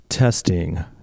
Testing